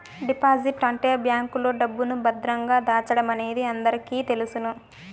deposit అంటే బ్యాంకులో డబ్బును భద్రంగా దాచడమనేది అందరికీ తెలుసును